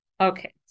okay